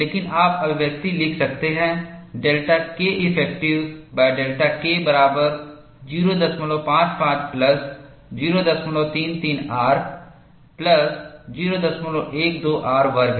लेकिन आप अभिव्यक्ति लिख सकते हैं डेल्टा Keffडेल्टा K बराबर 055 प्लस 033R प्लस 012R वर्ग हैं